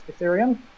Ethereum